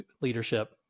leadership